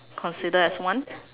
consider as one